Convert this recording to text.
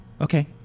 Okay